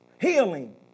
healing